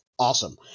Awesome